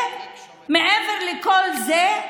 מעבר לכל זה,